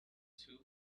too